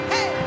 Hey